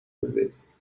released